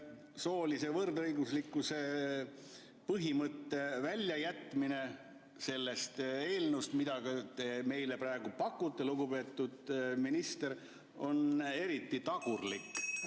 soolise võrdõiguslikkuse põhimõtte väljajätmine sellest eelnõust, mida te meile praegu pakute, lugupeetud minister, on eriti tagurlik.